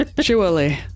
Surely